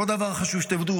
ועוד דבר חשוב שתדעו,